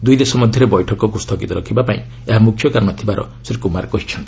ଦୁଇ ଦେଶ ମଧ୍ୟରେ ବୈଠକକୁ ସ୍ଥଗିତ ରଖିବା ପାଇଁ ଏହା ମୁଖ୍ୟ କାରଣ ଥିବାର ଶ୍ରୀ କୁମାର କହିଛନ୍ତି